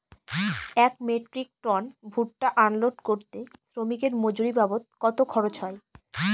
এক metric ton ভুট্টা unload করতে শ্রমিকের মজুরি বাবদ কত খরচ হয়?